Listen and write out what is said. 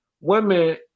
women